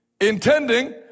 Intending